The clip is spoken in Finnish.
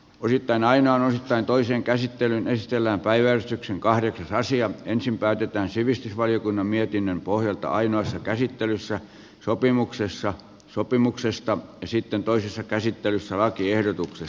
yritän aina sen toisen käsittelyn väistellä päiväystyksen kahdet rasia ensin päätetään sivistysvaliokunnan mietinnön pohjalta ainoassa käsittelyssä sopimuksesta ja sitten toisessa käsittelyssä lakiehdotuksen